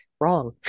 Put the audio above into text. wrong